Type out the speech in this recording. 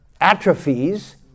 atrophies